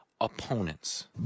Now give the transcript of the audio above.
opponents